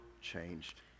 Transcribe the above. changed